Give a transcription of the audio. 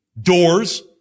doors